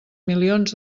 milions